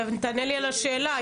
תענה לי על השאלה.